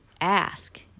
ask